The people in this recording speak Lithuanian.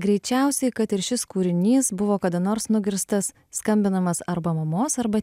greičiausiai kad ir šis kūrinys buvo kada nors nugirstas skambinamas arba mamos arba